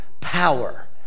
Power